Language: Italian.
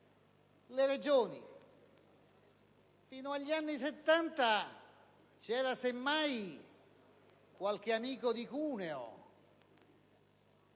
le Regioni. Fino agli anni Settanta c'era semmai qualche amico di Cuneo